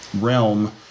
realm